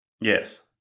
Yes